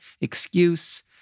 excuse